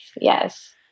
Yes